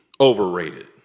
overrated